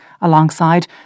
Alongside